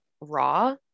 raw